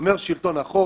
הוא שומר שלטון החוק,